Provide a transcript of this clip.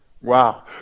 Wow